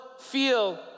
feel